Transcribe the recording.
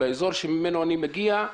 באזור ממנו אני מגיע,